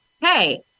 hey